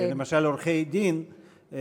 שלמשל עורכי-דין,